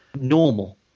normal